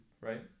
right